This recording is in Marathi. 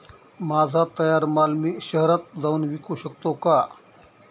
माझा तयार माल मी शहरात जाऊन विकू शकतो का?